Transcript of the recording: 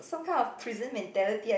some kind of prison mentality I